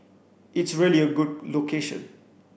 it's really a good location